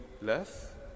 left